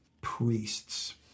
priests